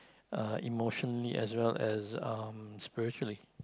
uh emotionally as well as um spiritually